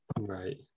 right